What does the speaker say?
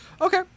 Okay